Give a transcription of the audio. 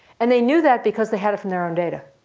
and they knew that because they had it from their own data.